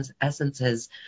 essences